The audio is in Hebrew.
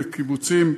בקיבוצים.